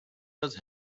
must